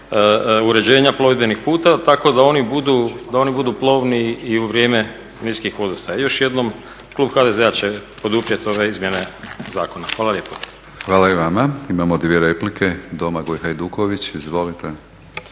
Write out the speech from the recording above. uređenja plovidbenih putova tako da oni budu plovni i u vrijeme niskih vodostaja. Još jednom klub HDZ-a će poduprijeti ove izmjene zakona. Hvala lijepo. **Batinić, Milorad (HNS)** Hvala i vama. Imamo dvije replike. Domagoj Hajduković, izvolite.